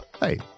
Hey